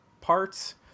parts